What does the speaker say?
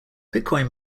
bitcoin